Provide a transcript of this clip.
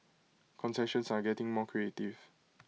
concessions are getting more creative